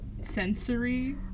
Sensory